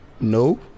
No